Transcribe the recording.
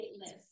list